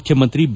ಮುಖ್ಯಮಂತ್ರಿ ಬಿ